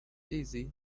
easy